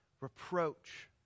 reproach